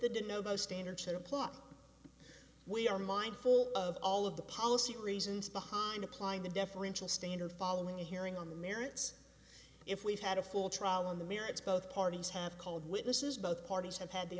the didn't know about standard should apply we are mindful of all of the policy reasons behind applying the deferential standard following a hearing on the merits if we've had a full trial on the merits both parties have called witnesses both parties have had the